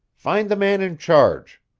find the man in charge.